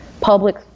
public